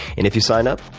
and if you sign up,